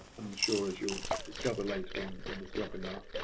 and i'm sure, as you'll discover later on in this webinar,